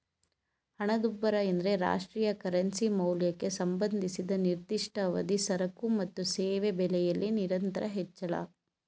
ಹಣದುಬ್ಬರ ಎಂದ್ರೆ ರಾಷ್ಟ್ರೀಯ ಕರೆನ್ಸಿ ಮೌಲ್ಯಕ್ಕೆ ಸಂಬಂಧಿಸಿದ ನಿರ್ದಿಷ್ಟ ಅವಧಿ ಸರಕು ಮತ್ತು ಸೇವೆ ಬೆಲೆಯಲ್ಲಿ ನಿರಂತರ ಹೆಚ್ಚಳ